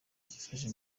byifashe